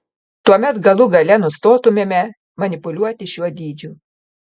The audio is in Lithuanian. tuomet galų gale nustotumėme manipuliuoti šiuo dydžiu